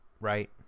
right